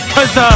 Cause